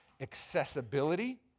accessibility